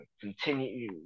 continue